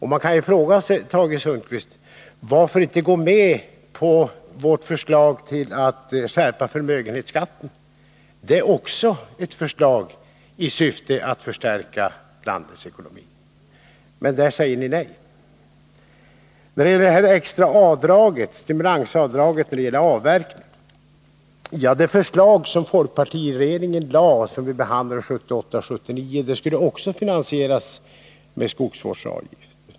Man kan fråga sig, Tage Sundkvist, varför ni inte går med på vårt förslag om att skärpa förmögenhetsskatten. Det är också ett förslag i syfte att förstärka landets ekonomi, men där säger ni nej. När det gäller det extra stimulansavdraget vid avverkning vill jag säga: Det förslag som folkpartiregeringen lade fram och som vi behandlade 1978/79 skulle också finansieras genom skogsvårdsavgifter.